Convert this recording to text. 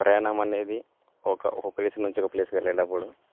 ప్రయాణం అనేది ఒక ఒక ప్లేస్ నుంచి ఒక ప్లేస్కి వెళ్లేటప్పుడు